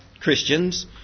Christians